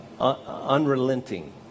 unrelenting